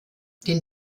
den